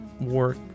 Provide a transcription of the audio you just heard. work